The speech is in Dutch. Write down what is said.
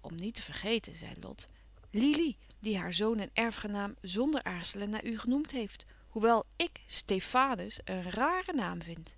om niet te vergeten zei lot lili die haar zoon en erfgenaam zonder aarzelen naar u genoemd heeft hoewel ik stefanus een ràre naam vind